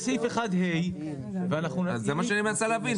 יש את סעיף 1ה. זה מה שאני מנסה להבין,